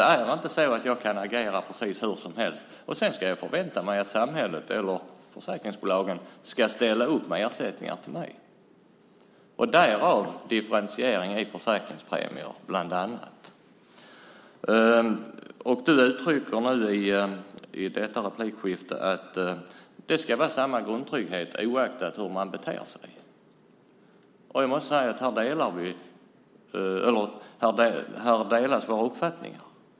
Det är inte så att jag kan agera precis hur som helst och sedan förvänta mig att samhället eller försäkringsbolagen ska ställa upp med ersättningar till mig. Därav differentieringen i försäkringspremier, bland annat. Du uttrycker nu i din replik att det ska vara samma grundtrygghet oavsett hur man beter sig. Jag måste säga att här skiljer sig våra uppfattningar.